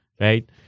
right